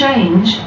Change